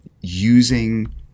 using